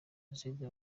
jenoside